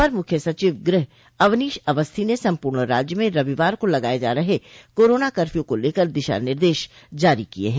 अपर मुख्य सचिव गृह अवनीश अवस्थी ने सम्पूर्ण राज्य में रविवार को लगाये जा रहे कोरोना कर्फ्यू को लेकर दिशा निर्देश जारी किये हैं